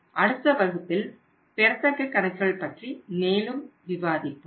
அடுத்த வகுப்பில் பெறத்தக்க கணக்குகள் பற்றி மேலும் விவாதிப்போம்